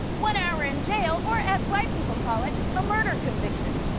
one hour in jail or, as white people call it, a murder conviction